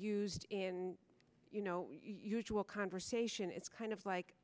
used in you know to a conversation it's kind of like